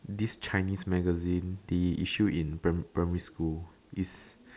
this chinese magazine they issue in pri~ primary school this